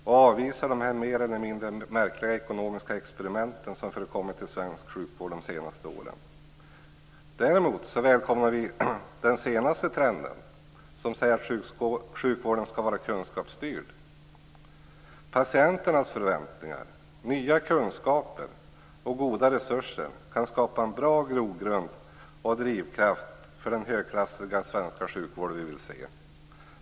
Vi avvisar de mer eller mindre märkliga ekonomiska experiment som förekommit i svensk sjukvård de senaste åren. Däremot välkomnar vi den senaste trenden som säger att vården skall vara kunskapsstyrd. Patienternas förväntningar, nya kunskaper och goda resurser kan skapa en bra grogrund och drivkraft för den högklassiga svenska sjukvård vi vill se.